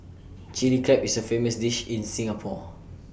Chilli Crab is A famous dish in Singapore